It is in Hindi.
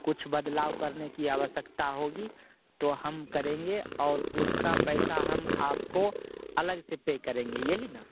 कुछ बदलाव करने की आवश्यकता होगी तो हम करेंगे और उसका पैसा हम आपको अलग से पे करेंगे यही ना